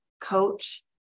coach